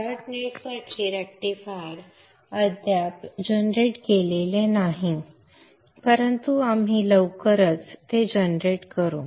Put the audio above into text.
dot नेटसाठी rectifier अद्याप generate केलेले नाही परंतु आम्ही लवकरच ते जनरेट करू